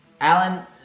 Alan